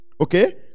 okay